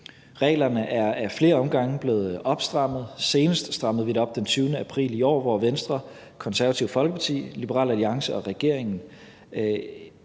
Reglerne er ad flere omgange blevet opstrammet. Senest strammede vi op den 20. april i år, hvor Venstre, Det Konservative Folkeparti, Liberal Alliance og regeringen